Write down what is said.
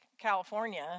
California